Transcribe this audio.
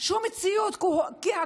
שום דבר במציאות כי הכול